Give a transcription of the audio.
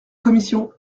commission